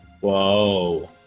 Whoa